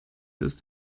ist